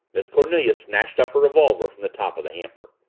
miss cornelia snatched up her revolver from the top of the hamper.